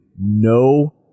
no